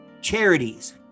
Charities